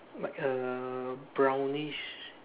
like a brownish